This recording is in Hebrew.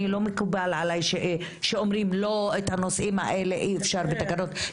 אני לא מקובל עליי שאומרים לא את הנושאים האלה אי אפשר בתקנות,